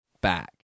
back